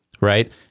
right